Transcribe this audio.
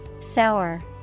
Sour